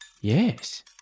Yes